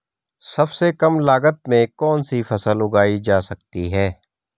सबसे कम लागत में कौन सी फसल उगाई जा सकती है